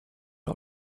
all